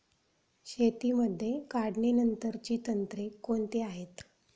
शेतीमध्ये काढणीनंतरची तंत्रे कोणती आहेत?